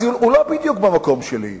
אז הוא לא בדיוק במקום שלי.